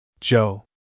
Joe